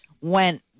Went